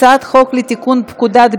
אני קובעת כי הצעת חוק בנק ישראל (תיקון מס' 4)